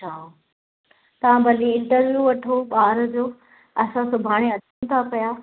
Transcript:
अच्छा तव्हां भले इंटरव्यू वठो ॿार जो असां सुभाणे अचूं था पिया